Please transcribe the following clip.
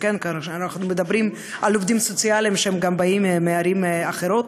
אנחנו מדברים על עובדים סוציאליים שהם גם באים מערים אחרות.